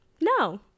No